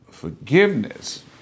Forgiveness